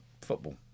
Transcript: football